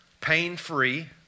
pain-free